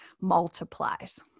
multiplies